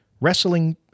wrestling